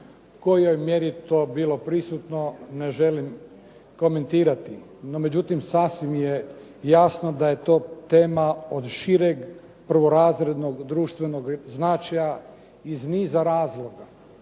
kojoj mjeri je to bilo prisutno ne želim komentirati, no međutim sasvim je jasno da je to tema od šireg prvorazrednog društvenog značaja iz niza razloga